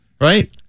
right